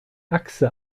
achse